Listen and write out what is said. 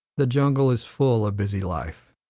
the jungle is full of busy life.